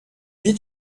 vite